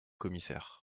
commissaire